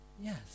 Yes